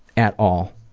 at all.